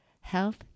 health